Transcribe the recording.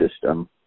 system